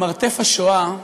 "מרתף השואה",